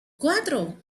cuatro